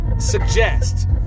Suggest